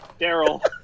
Daryl